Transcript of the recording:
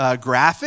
graphic